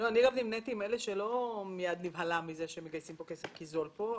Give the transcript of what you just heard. אני לא נמניתי עם אלה שמיד נבהלו מזה שמגייסים פה כסף כי זול פה,